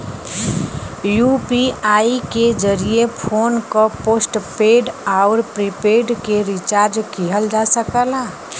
UPI के जरिये phone क पोस्टपेड आउर प्रीपेड के रिचार्ज किहल जा सकला